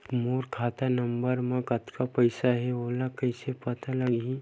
मोर खाता नंबर मा कतका पईसा हे ओला कइसे पता लगी?